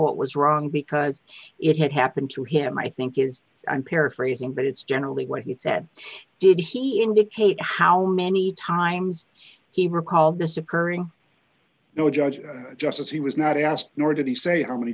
what was wrong because it had happened to him i think is i'm paraphrasing but it's generally what he said did he indicate how many times he recalled this occurring no judge just as he was not asked nor did he say how many